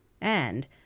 and